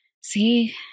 see